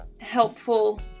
helpful